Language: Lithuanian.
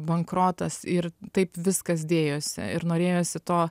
bankrotas ir taip viskas dėjosi ir norėjosi to